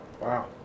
Wow